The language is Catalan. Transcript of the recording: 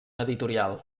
editorial